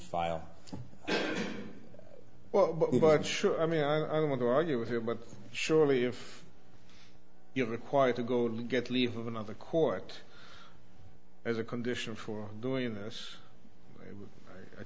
file well sure i mean i want to argue with him but surely if you're required to go get leave of another court as a condition for doing this i